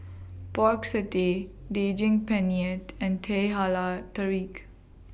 Pork Satay Daging Penyet and Teh Halia Tarik